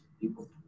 people